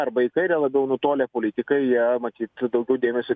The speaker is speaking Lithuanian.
arba į kairę labiau nutolę politikai jie matyt daugiau dėmesio